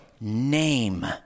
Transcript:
name